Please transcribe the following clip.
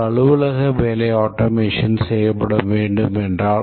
ஒரு அலுவலக வேலை ஆட்டோமேஷன் செய்யப்பட வேண்டும் என்றால்